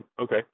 Okay